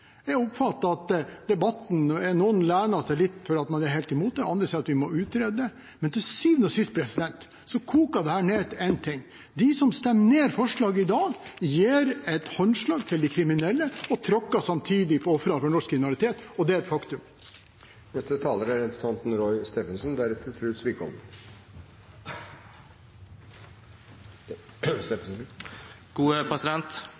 Jeg oppfatter at noen i debatten er helt imot det, andre sier at vi må utrede det, men til syvende og sist koker det ned til én ting: De som stemmer ned forslaget i dag, gir et håndslag til de kriminelle og tråkker samtidig på ofrene for norsk kriminalitet, og det er et faktum. Dette er